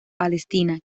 palestina